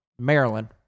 maryland